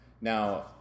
Now